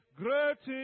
great